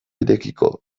irekiko